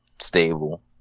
stable